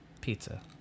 pizza